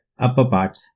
upperparts